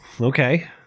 Okay